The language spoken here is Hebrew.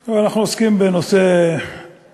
פה אנחנו עוסקים בנושא מאוד